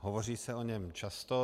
Hovoří se o něm často.